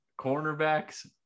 cornerbacks